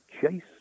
Chase